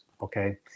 Okay